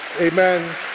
Amen